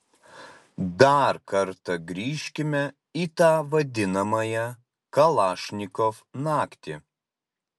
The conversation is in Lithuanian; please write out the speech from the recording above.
dar kartą grįžkime į tą vadinamąją kalašnikov naktį